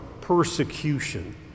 persecution